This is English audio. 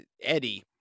Eddie